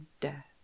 death